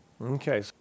Okay